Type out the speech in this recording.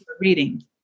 reading